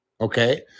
okay